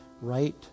right